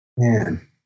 Man